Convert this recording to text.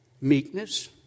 meekness